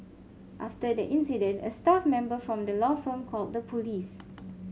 after the incident a staff member from the law firm called the police